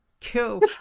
cool